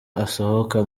asohoka